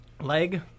Leg